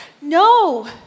no